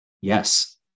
Yes